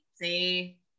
See